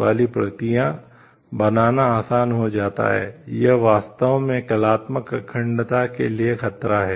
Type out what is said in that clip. वाली प्रतियां बनाना आसान हो जाता है यह वास्तव में कलात्मक अखंडता के लिए खतरा है